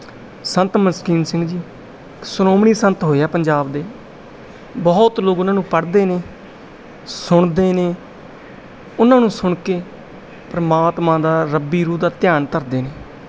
ਸੰਤ ਮਸਕੀਨ ਸਿੰਘ ਜੀ ਸ਼੍ਰੋਮਣੀ ਸੰਤ ਹੋਏ ਆ ਪੰਜਾਬ ਦੇ ਬਹੁਤ ਲੋਕ ਉਹਨਾਂ ਨੂੰ ਪੜ੍ਹਦੇ ਨੇ ਸੁਣਦੇ ਨੇ ਉਹਨਾਂ ਨੂੰ ਸੁਣ ਕੇ ਪਰਮਾਤਮਾ ਦਾ ਰੱਬੀ ਰੂਹ ਦਾ ਧਿਆਨ ਧਰਦੇ ਨੇ